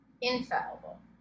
infallible